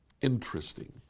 interesting